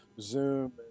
Zoom